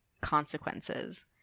consequences